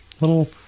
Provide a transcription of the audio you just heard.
little